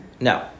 No